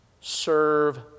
serve